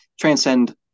transcend